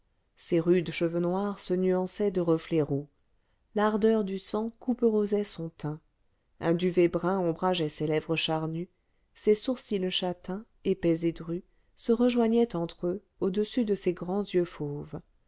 ses rudes cheveux noirs se nuançaient de reflets roux l'ardeur du sang couperosait son teint un duvet brun ombrageait ses lèvres charnues ses sourcils châtains épais et drus se rejoignaient entre eux au-dessus de ses grands yeux fauves